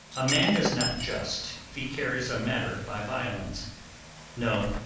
a man is not just if he carries a matter by violence no,